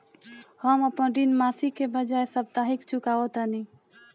हम अपन ऋण मासिक के बजाय साप्ताहिक चुकावतानी